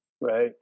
right